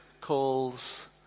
calls